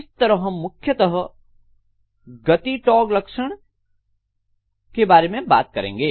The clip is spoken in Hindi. इस तरह हम मुख्यता गति टाक लक्षण के बारे में बात करेंगे